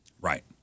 Right